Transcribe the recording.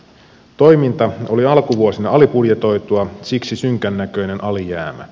toiminta oli alkuvuosina alibudjetoitua siksi synkän näköinen alijäämä